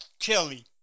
Chili